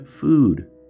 food